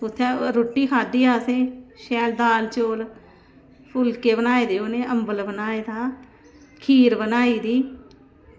इत्थें रुट्टी खाद्धी असें शैल दाल चौल फुल्के बनाये दे इं'या अम्बल बनाये दा खीर बनाई दी